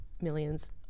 millions